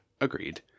agreed